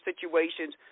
situations